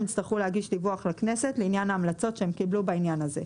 הם יצטרכו להגיש דיווח לכנסת לעניין ההמלצות שהם קיבלו בעניין הזה.